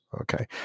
Okay